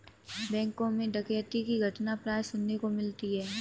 बैंकों मैं डकैती की घटना प्राय सुनने को मिलती है